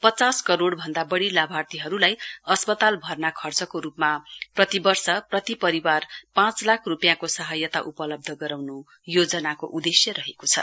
पचास करोड़ भन्द बढ़ी लाभार्थीहरुलाई अस्पताल भर्ना खर्चको रुपमा प्रति वर्ष प्रति परिवार पाँच लाख रुपियाँको वीमा सहायता उपलब्ध गराउनु योजनाको उदेश्य रहेको छ